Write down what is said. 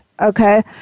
okay